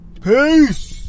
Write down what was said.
Peace